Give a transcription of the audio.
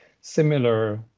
similar